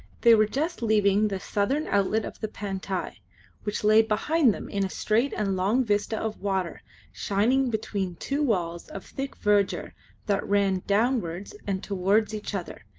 they were just leaving the southern outlet of the pantai, which lay behind them in a straight and long vista of water shining between two walls of thick verdure that ran downwards and towards each other,